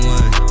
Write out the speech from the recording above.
one